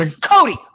cody